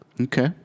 Okay